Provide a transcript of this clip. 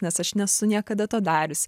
nes aš nesu niekada to darius